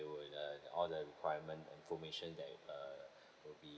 there would uh all the required information that uh will be